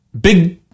big